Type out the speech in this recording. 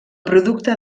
producte